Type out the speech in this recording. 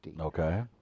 Okay